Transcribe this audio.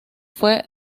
fue